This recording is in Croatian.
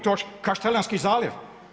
To Kaštelanski zaljev.